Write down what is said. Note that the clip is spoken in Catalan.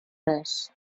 res